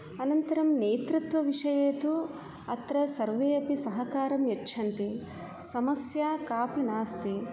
अनन्तरं नेतृत्वविषये तु अत्र सर्वे अपि सहकारं यच्छन्ति समस्या कापि नास्ति